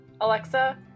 Alexa